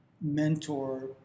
mentor